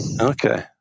Okay